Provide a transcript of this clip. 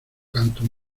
canto